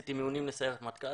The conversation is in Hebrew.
עשיתי מיונים לסיירת מטכ"ל,